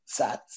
SATS